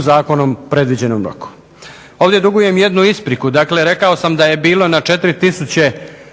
zakonom predviđenom roku. Ovdje dugujem jednu ispriku dakle rekao sam da je bilo na 4